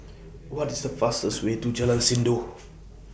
What IS The fastest Way to Jalan Sindor